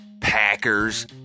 Packers